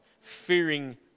Fearing